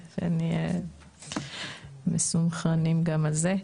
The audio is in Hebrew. שנהיה מסונכרנים גם על זה.